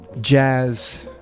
jazz